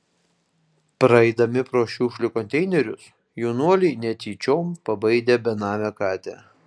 praeidami pro šiukšlių konteinerius jaunuoliai netyčiom pabaidė benamę katę